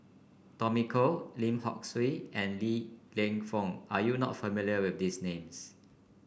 Tommy Koh Lim Hock Siew and Li Lienfung are you not familiar with these names